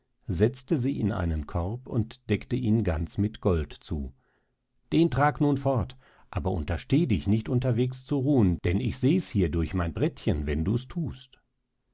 setzte sie in einen korb und deckte ihn ganz mit gold zu den trag nun fort aber untersteh dich nicht unterwegs zu ruhen denn ich sehs hier durch mein bretchen wenn dus thust